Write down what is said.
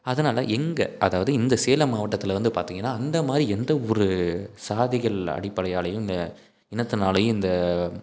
அதனால எங்கள் அதாவது இந்த சேலம் மாவட்டத்தில் வந்து பார்த்திங்கன்னா இந்தமாதிரி எந்த ஒரு சாதிகள் அடிப்படையாலேயும் இந்த இனத்துனாலேயும் இந்த